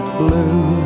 blue